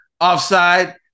Offside